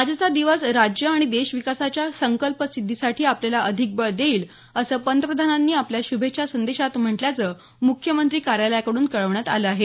आजचा दिवस राज्य आणि देश विकासाच्या संकल्पसिद्धीसाठी आपल्याला अधिक बळ देईल असं पंतप्रधानांनी आपल्या शुभेच्छा संदेशात म्हटल्याचं मुख्यमंत्री कार्यालयाकडून कळवण्यात आलं आहे